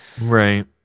Right